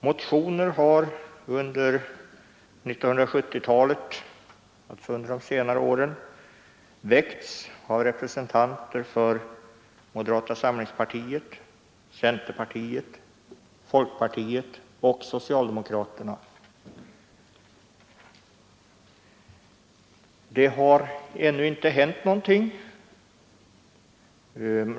Motioner har väckts under de senare åren av representanter för moderata samlingspartiet, centerpartiet, folkpartiet och socialdemokraterna. Det har ännu inte hänt någonting.